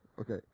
Okay